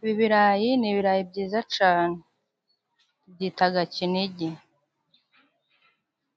Ibi birayi ni ibirayi byiza cane. Babyitaga Kinigi.